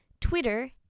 Twitter